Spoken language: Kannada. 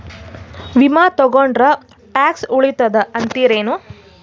ವಿಮಾ ತೊಗೊಂಡ್ರ ಟ್ಯಾಕ್ಸ ಉಳಿತದ ಅಂತಿರೇನು?